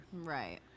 Right